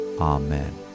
Amen